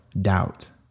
doubt